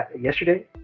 yesterday